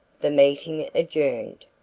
the meeting adjourned.